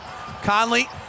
Conley